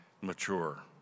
mature